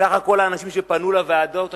מסך כל האנשים שפנו לוועדות השונות,